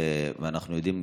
ואנחנו יודעים,